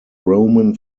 roman